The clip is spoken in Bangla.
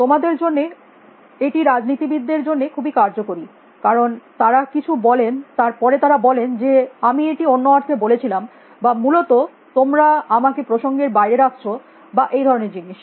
তোমাদের জন্য এটি রাজনীতিবিদ দের জন্য খুবই কার্যকরী কারণ তারা কিছু বলেন তার পরে তারা বলেন যে আমি এটি অন্য অর্থে বলেছিলাম বা মূলত তোমরা আমাকে প্রসঙ্গের বাইরে রাখছ বা এই ধরনের জিনিস